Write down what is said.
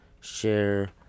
share